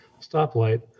stoplight